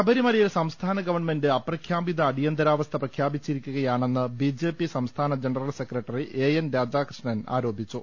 ശബരിമലയിൽ സംസ്ഥാന ഗവൺമെൻറ് അപ്രഖ്യാപിത അടിയന്തരാവസ്ഥ പ്രഖ്യാപിച്ചിരി ക്കുകയാണെന്ന് ബിജെപി സംസ്ഥാന general secretary A N Radhakrishnan ആരോ പിച്ചു